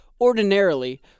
ordinarily